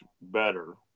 better